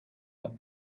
eight